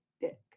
dick